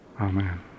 Amen